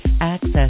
Access